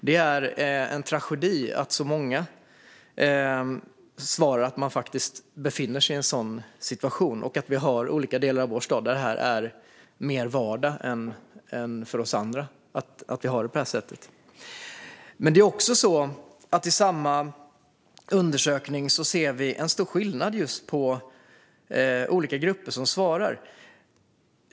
Det är en tragedi att så många svarar att de befinner sig i en sådan situation och att vi har olika delar av vår stad där det här är mer vardagligt än det är för oss andra. I samma undersökning ser vi också en stor skillnad mellan hur man svarar i olika grupper.